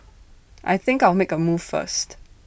I think I'll make A move first